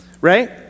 Right